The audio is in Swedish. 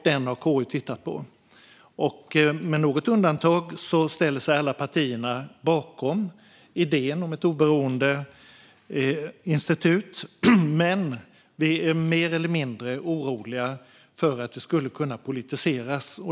Denna har KU tittat på, och med något undantag ställer sig alla partier bakom idén om ett oberoende institut. Men vi är mer eller mindre oroliga för att det skulle kunna politiseras.